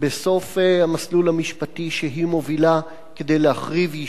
בסוף המסלול המשפטי שהיא מובילה כדי להחריב יישוב,